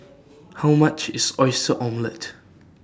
How much IS Oyster Omelette